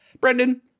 Brendan